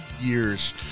years